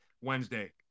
Wednesday